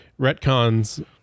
retcons